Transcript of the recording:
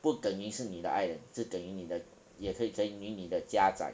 不等于是你的爱人是等于你的也可以等于你的家长